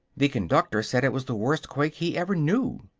the conductor said it was the worst quake he ever knew.